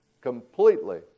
completely